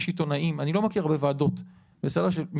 יש עיתונאים, אני לא מכיר הרבה ועדות של משרדים.